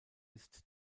ist